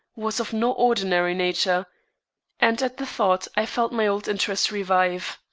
was of no ordinary nature and at the thought i felt my old interest revive.